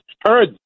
heard